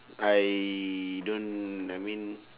I don't I mean